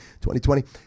2020